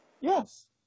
Yes